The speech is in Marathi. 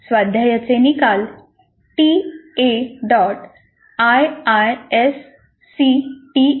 स्वाध्यायाचे निकाल ta